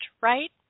right